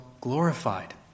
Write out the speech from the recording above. glorified